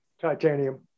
Titanium